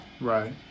Right